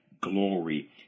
glory